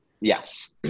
Yes